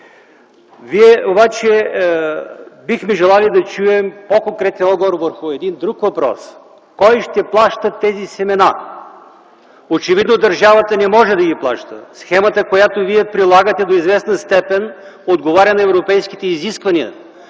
Ние обаче бихме желали да чуем по-конкретен отговор на друг въпрос: кой ще плаща тези семена? Очевидно държавата не може да ги плаща. Схемата, която вие прилагате, отговаря до известна степен на европейските изисквания.